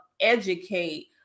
educate